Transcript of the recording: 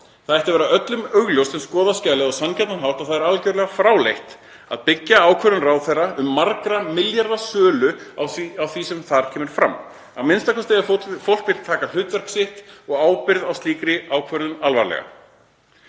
Það ætti að vera öllum augljóst sem skoðar skjalið á sanngjarnan hátt að það er algerlega fráleitt að byggja ákvörðun ráðherra um margra milljarða króna sölu á því sem þar kemur fram, a.m.k. ef fólk vill taka hlutverk sitt og ábyrgð á slíkri ákvörðun alvarlega.